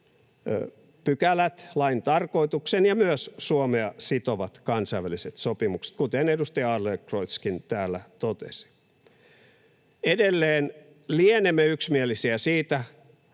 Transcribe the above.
pykälät, lain tarkoituksen ja myös Suomea sitovat kansainväliset sopimukset, kuten edustaja Adlercreutzkin täällä totesi. Edelleen lienemme yksimielisiä siitä